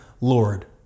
Lord